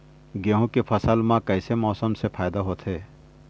गेहूं के फसल म कइसे मौसम से फायदा होथे?